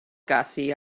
gussie